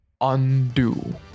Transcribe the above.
Undo